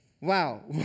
Wow